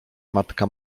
matka